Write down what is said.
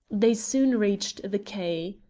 they soon reached the quay.